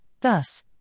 Thus